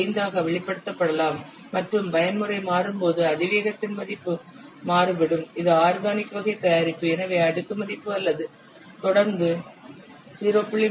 5 ஆக வெளிப்படுத்தப்படலாம் மற்றும் பயன்முறை மாறும்போது அதிவேகத்தின் மதிப்பு மாறுபடும் இது ஆர்கனிக் வகை தயாரிப்பு எனவே அடுக்கு மதிப்பு அல்லது தொடர்ந்து 0